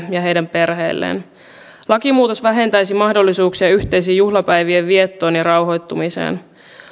ja heidän perheisiinsä lakimuutos vähentäisi mahdollisuuksia yhteiseen juhlapäivien viettoon ja rauhoittumiseen